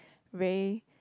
very